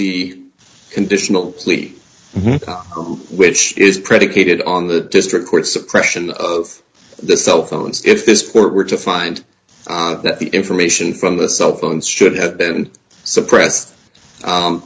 the conditional plea which is predicated on the district court suppression of the cell phones if this court were to find on that the information from the cell phones should have been suppressed